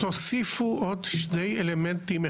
לזה תוסיפו עוד שני אלמנטים,